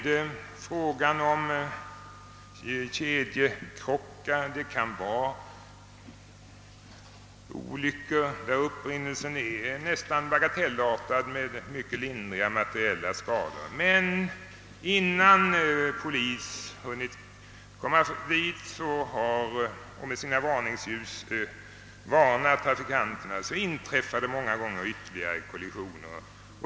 Vidare är det kedjekrockarna. Det kan vara olyckor till vilka upprinnelsen är nästan bagatellartad, med mycket lindriga materiella skador. Men innan polisen hunnit komma till platsen och med sina varningsljus väckt trafikanternas uppmärksamhet, inträffar det många gånger ytterligare kollisioner.